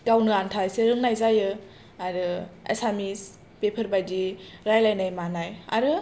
गावनो आन्था एसे रोंनाय जायो आरो एसामिस बेफोरबादि राइलाइनाय मानाय आरो